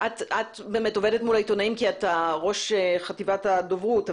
באמת עובדת מול העיתונאים כי את ראש חטיבת הדוברות,